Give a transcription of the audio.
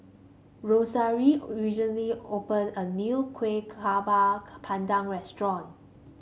Rosaria recently opened a new Kueh Bakar Pandan restaurant